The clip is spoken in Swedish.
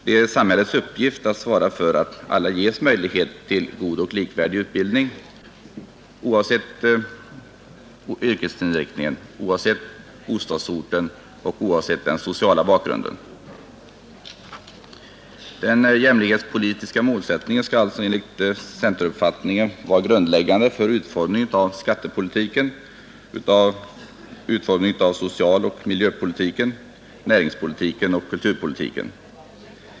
Det är samhällets uppgift att svara för att alla ges möjlighet till god och likvärdig utbildning, oavsett yrkesinriktning, bostadsort och social bakgrund. Den jämlikhetspolitiska målsättningen skall enligt centerpartiets uppfattning vara grundläggande för utformningen av skattepolitiken, socialoch miljöpolitiken, näringspolitiken och kulturpolitiken.